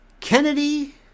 Kennedy